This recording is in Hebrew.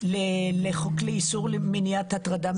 לחוק לאיסור הטרדה מינית.